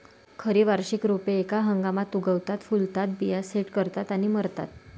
खरी वार्षिक रोपे एका हंगामात उगवतात, फुलतात, बिया सेट करतात आणि मरतात